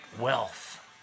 wealth